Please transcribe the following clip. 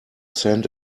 send